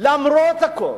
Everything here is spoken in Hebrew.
למרות הכול.